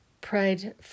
pride